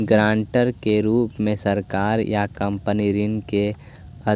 guarantor के रूप में सरकार या कंपनी ऋण के